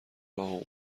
راهو